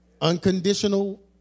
Unconditional